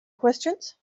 questions